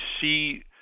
see